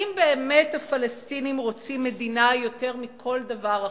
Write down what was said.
האם באמת הפלסטינים רוצים מדינה מכל דבר אחר.